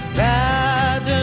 bad